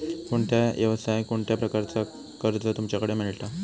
कोणत्या यवसाय कोणत्या प्रकारचा कर्ज तुमच्याकडे मेलता?